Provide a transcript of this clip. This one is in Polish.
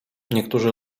niektórzy